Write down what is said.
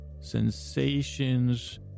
sensations